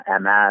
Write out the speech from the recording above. MS